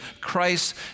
Christ